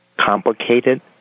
complicated